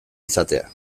izatea